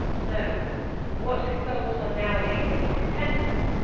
no what consoles one nowadays is not repentance,